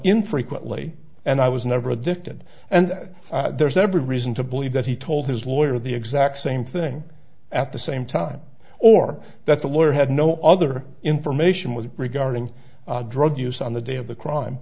infrequently and i was never addicted and there's every reason to believe that he told his lawyer the exact same thing at the same time or that the lawyer had no other information was regarding drug use on the day of the crime